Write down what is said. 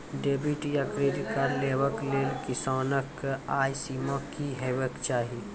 Debit या credit card लेवाक लेल किसानक आय सीमा की हेवाक चाही?